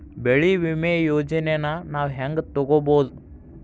ಬೆಳಿ ವಿಮೆ ಯೋಜನೆನ ನಾವ್ ಹೆಂಗ್ ತೊಗೊಬೋದ್?